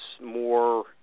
more